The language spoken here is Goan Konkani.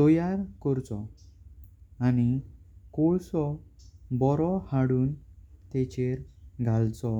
तयार कर्चो। आनी कोळसों बारो हाडून तेंच्यार घाळचो।